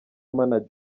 manager